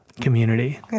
community